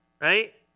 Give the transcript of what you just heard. Right